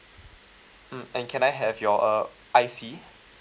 mm and can I have your uh I_C